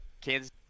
Kansas